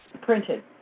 printed